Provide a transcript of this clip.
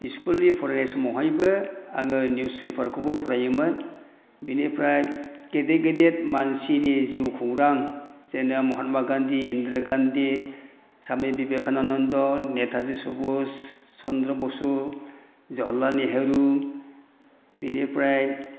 स्कुलनि फरायनाय समावहायबो आङो निउस पेपारखौबो फरायोमोन बिनिफ्राय गेदेर गेदेर मानसिनि जिउखौरां जेने महात्मा गान्धी इन्दिरा गान्धी स्वामी बिबेकानन्द' नेताजी सुभास चन्द्र बसु जवाहरलाल नेहरु बेनिफ्राय